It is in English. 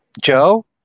Joe